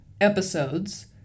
episodes